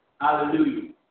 Hallelujah